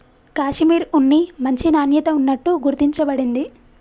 కాషిమిర్ ఉన్ని మంచి నాణ్యత ఉన్నట్టు గుర్తించ బడింది